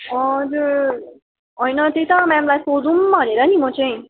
हजुर होइन त्यही त मेमलाई सोधौँ भनेर नि म चाहिँ